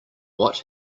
what